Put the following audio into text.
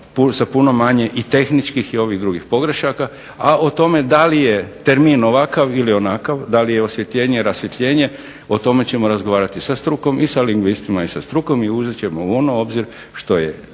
sa puno manje i tehničkih i ovih drugih pogrešaka, a o tome da li je termin ovakav ili onakav, da li je osvjetljenje ili rasvjetljenje o tome ćemo razgovarati sa strukom, i sa lingvistima i sa strukom i uzet ćemo ono u obzir što je